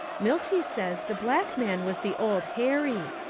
milty says the black man was the old harry.